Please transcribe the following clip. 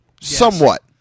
Somewhat